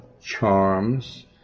charms